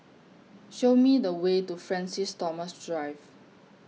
Show Me The Way to Francis Thomas Drive